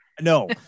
No